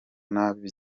nabi